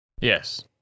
Yes